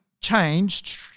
changed